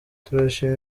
turashima